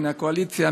מן הקואליציה,